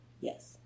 Yes